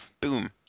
Boom